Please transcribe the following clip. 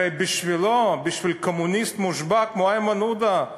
הרי בשבילו, בשביל קומוניסט מושבע כמו איימן עודה,